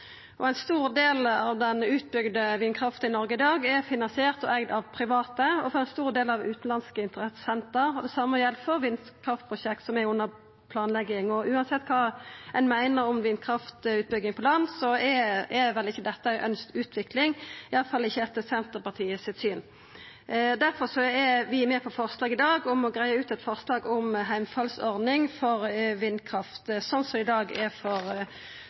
rolle. Ein stor del av den utbygde vindkrafta i Noreg i dag er finansiert og eigd av private, og for ein stor del av utanlandske interessentar, og det same gjeld for vindkraftprosjekt som er under planlegging. Uansett kva ein meiner om vindkraftutbygging på land, er vel ikkje dette ei ønskt utvikling, iallfall ikkje etter Senterpartiet sitt syn. Difor er vi med på eit forslag i dag om å greia ut eit forslag om heimfallsordning for vindkraft, slik som det i dag er for